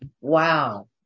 Wow